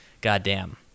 goddamn